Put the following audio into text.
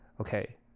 okay